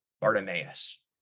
Bartimaeus